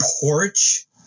porch